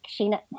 Sheena